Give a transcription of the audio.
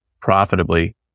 profitably